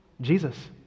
Jesus